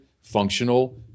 functional